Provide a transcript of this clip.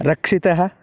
रक्षितः